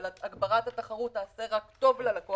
אבל הגברת התחרות תעשה רק טוב ללקוח